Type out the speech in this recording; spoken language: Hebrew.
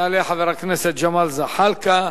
יעלה חבר הכנסת ג'מאל זחאלקה,